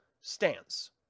stance